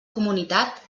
comunitat